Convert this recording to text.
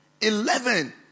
Eleven